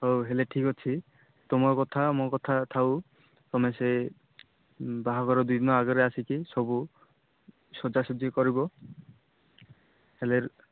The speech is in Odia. ହଉ ହେଲେ ଠିକ୍ ଅଛି ତମ କଥା ମୋ କଥା ଥାଉ ତମେ ସେ ବାହାଘର ଦୁଇ ଦିନ ଆଗରେ ଆସିକି ସବୁ ସଜା ସଜି କରିବ ହେଲେ